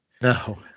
No